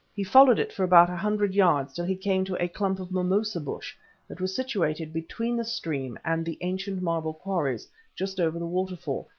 he followed it for about a hundred yards till he came to a clump of mimosa bush that was situated between the stream and the ancient marble quarries just over the waterfall,